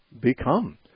become